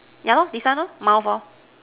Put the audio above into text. ya loh this one loh mouth or